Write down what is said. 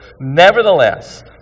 Nevertheless